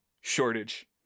shortage